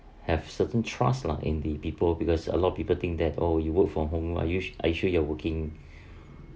have certain trust lah in the people because a lot of people think that oh you work from home are you are you sure you're working